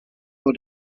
vor